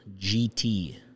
GT